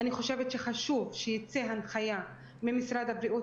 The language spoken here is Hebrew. אני חושבת שחשוב שתצא הנחיה ממשרד הבריאות